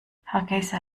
hargeysa